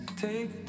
Take